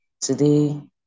today